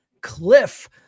Cliff